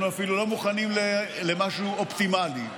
אנחנו אפילו לא מוכנים למשהו אופטימלי,